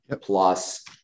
plus